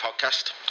podcast